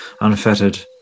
unfettered